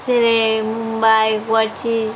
जेरै मुम्बाइ गुवाहाटि